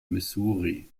missouri